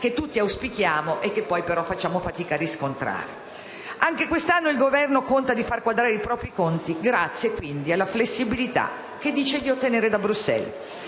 che tutti auspichiamo e che poi, però, facciamo fatica a riscontrare. Anche quest'anno il Governo conta di far quadrare i propri conti grazie alla flessibilità che dice di ottenere da Bruxelles.